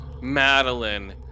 Madeline